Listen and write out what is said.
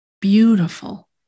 Beautiful